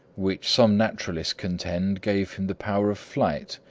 which some naturalists contend gave him the power of flight,